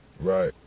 Right